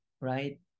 right